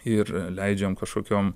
ir leidžiam kažkokiom